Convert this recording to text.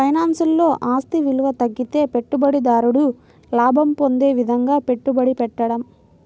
ఫైనాన్స్లో, ఆస్తి విలువ తగ్గితే పెట్టుబడిదారుడు లాభం పొందే విధంగా పెట్టుబడి పెట్టడం